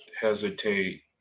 hesitate